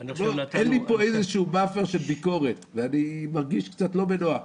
אין לי פה איזה באפר של ביקורת ואני מרגיש קצת לא בנוח.